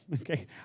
Okay